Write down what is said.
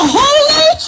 holy